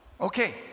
Okay